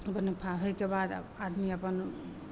मुनाफा होइके बाद आदमी अपन